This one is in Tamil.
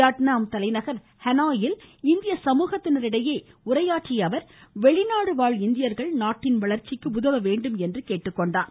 வியட்நாம் தலைநகர் ஹனாயில் இந்திய சமூகத்தினரிடையே உரையாற்றிய அவர் வெளிநாடு வாழ் இந்தியர்கள் நாட்டின் வளர்ச்சிக்கு உதவ வேண்டும் என்று கேட்டுக்கொண்டார்